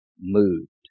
moved